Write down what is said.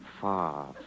far